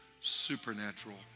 supernatural